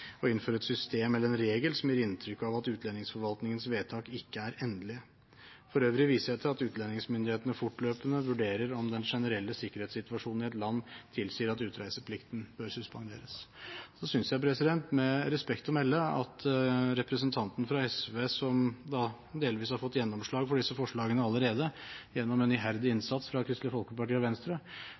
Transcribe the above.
å innføre et system, eller en regel, som gir inntrykk av at utlendingsforvaltningens vedtak ikke er endelig. For øvrig viser jeg til at utlendingsmyndighetene fortløpende vurderer om den generelle sikkerhetssituasjonen i et land tilsier at utreiseplikten bør suspenderes. Så synes jeg med respekt å melde at representanten fra SV, som da delvis har fått gjennomslag for disse forslagene allerede gjennom en iherdig innsats fra Kristelig Folkeparti og Venstre,